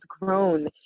grown